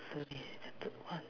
so this is leopard [one]